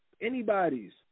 anybody's